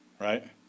right